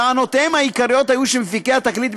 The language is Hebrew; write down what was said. טענותיהם העיקריות היו שמפיקי התקליט,